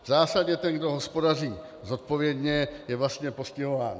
V zásadě ten, kdo hospodaří zodpovědně, je vlastně postihován.